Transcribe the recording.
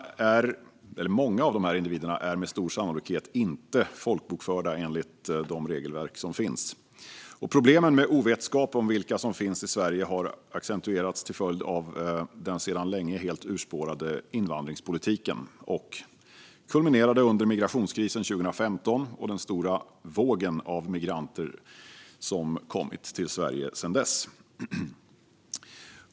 Många av dessa individer är med stor sannolikhet inte folkbokförda enligt de regelverk som finns. Problemen med ovetskap om vilka som finns i Sverige har accentuerats till följd av den sedan länge helt urspårade invandringspolitiken. De kulminerade under migrationskrisen 2015 och den stora våg av migranter som kommit till Sverige sedan dess.